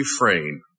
refrain